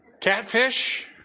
Catfish